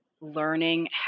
learning